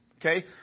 Okay